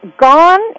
gone